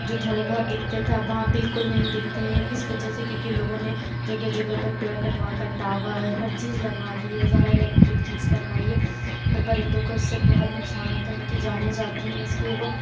جو تھوڑے بہت دکھتے تھے اب وہاں بالکل نہیں دکھتے ہیں اس وجہ سے کیونکہ لوگوں نے جگہ جگہ پر پیڑ کٹوا کر ٹاور ہر چیز لگوا دی ہے سارا الکٹرک چیز کروائی ہے اور پرندوں کو اس سے بہت نقصان ہوتا ہے ان کی جانیں جاتی ہیں اس لیے وہ